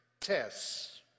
tests